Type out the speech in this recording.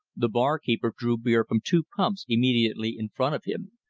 the bar-keeper drew beer from two pumps immediately in front of him,